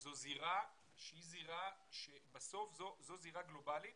זאת זירה שבסוף היא זירה גלובלית